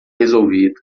resolvido